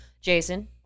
Jason